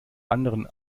anderen